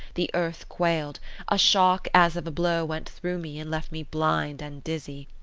the earth quailed a shock as of a blow went through me and left me blind and dizzy.